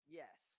yes